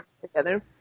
together